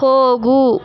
ಹೋಗು